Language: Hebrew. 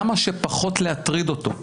כמה שפחות להטריד אותו.